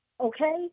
Okay